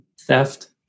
theft